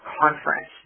conference